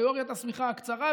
תיאוריות השמיכה הקצרה,